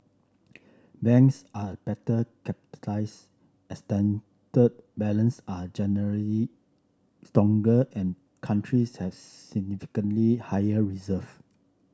banks are a better capitalised balance are generally stronger and countries have significantly higher reserve